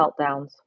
meltdowns